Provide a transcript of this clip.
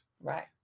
Right